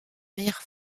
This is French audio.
meilleure